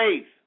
faith